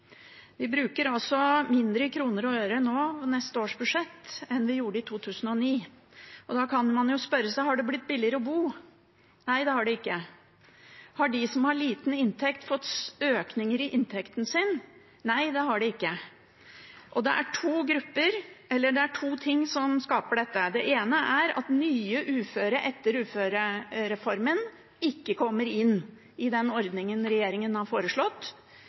Vi bruker mindre i kroner og øre i neste års budsjett enn vi gjorde i 2009. Da kan man jo spørre seg: Har det blitt billigere å bo? Nei, det har det ikke. Har de som har liten inntekt, hatt økning i inntekten sin? Nei, det har de ikke. Det er to ting som skaper dette. Det ene er at nye uføre etter uførereformen ikke kommer inn under den ordningen regjeringen har foreslått.